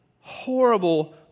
horrible